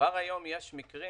כבר היום יש מקרים